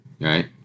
Right